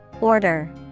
Order